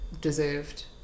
deserved